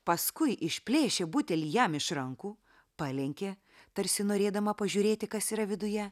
paskui išplėšė butelį jam iš rankų palenkė tarsi norėdama pažiūrėti kas yra viduje